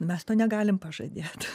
mes to negalim pažadėt